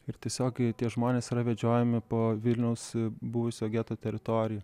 ir tiesiog tie žmonės yra vedžiojami po vilniaus buvusio geto teritoriją